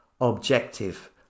objective